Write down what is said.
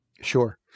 Sure